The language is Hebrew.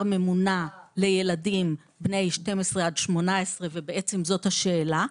ממונע לילדים בני 12 עד 18 ובעצם זאת השאלה,